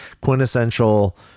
quintessential